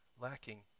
lacking